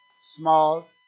small